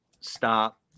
stop